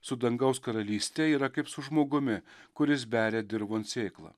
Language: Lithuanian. su dangaus karalyste yra kaip su žmogumi kuris beria dirvon sėklą